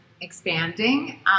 expanding